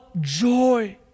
joy